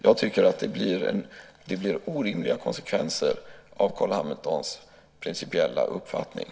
Jag tycker att det blir orimliga konsekvenser av Carls Hamiltons principiella uppfattning.